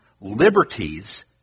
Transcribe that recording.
liberties